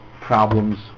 problems